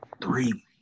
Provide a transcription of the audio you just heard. three